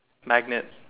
magnet